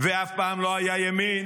ואף פעם לא היה ימין,